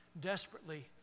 desperately